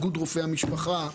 איגוד רופאי המשפחה,